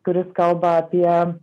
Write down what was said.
kuris kalba apie